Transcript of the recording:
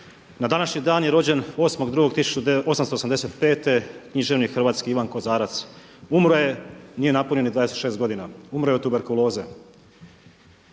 Na današnji dan je rođen 8.2.1885. književnik hrvatski Ivan Kozarac, umro je nije ni napunio 26 godina. Umro je od tuberkuloze.